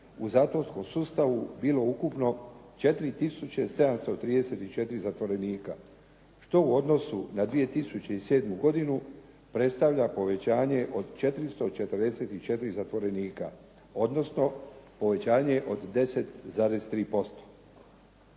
u zatvorskom sustavu bilo ukupno 4 tisuće 734 zatvorenika, što u odnosu na 2007. godinu predstavlja povećanje od 444 zatvorenika, odnosno povećanje od 10,3%.